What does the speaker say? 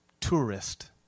tourist